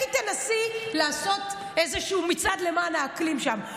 לכי תנסי לעשות איזשהו מצעד למען האקלים שם.